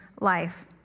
life